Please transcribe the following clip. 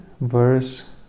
verse